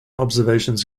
observations